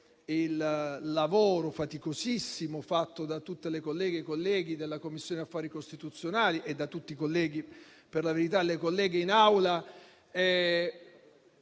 il lavoro faticosissimo fatto da tutte le colleghe e i colleghi della Commissione affari costituzionali e da tutti i colleghi e le colleghe in Aula,